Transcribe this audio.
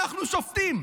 אנחנו שובתים.